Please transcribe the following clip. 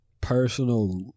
personal